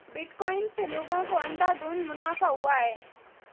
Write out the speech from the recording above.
bitcoin से लोगों को अंधाधुन मुनाफा हुआ है